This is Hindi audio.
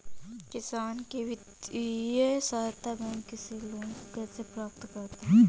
किसान वित्तीय सहायता बैंक से लोंन कैसे प्राप्त करते हैं?